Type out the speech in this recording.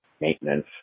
maintenance